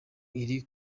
iri